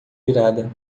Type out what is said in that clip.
virada